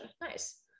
Nice